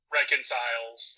reconciles